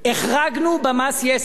החרגנו במס יסף,